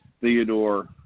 Theodore